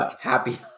Happy